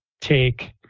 take